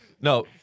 No